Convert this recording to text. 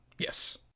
Yes